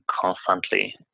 constantly